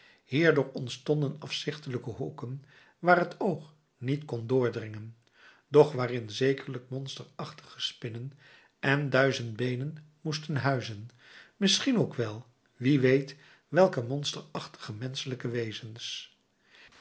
hierdoor ontstonden afzichtelijke hoeken waar t oog niet kon doordringen doch waarin zekerlijk monsterachtige spinnen en duizendbeenen moesten huizen misschien ook wel wie weet welke monsterachtige menschelijke wezens